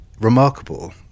remarkable